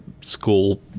school